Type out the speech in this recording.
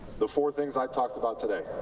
the four things i talked about today,